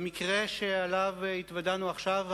במקרה שאליו התוודענו עכשיו,